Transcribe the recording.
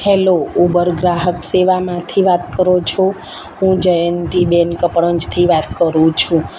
hello Uber ગ્રાહક સેવામાંથી વાત કરો છો હું જયંતી બેન કપડવંજથી વાત કરું છું